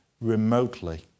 remotely